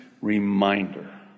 reminder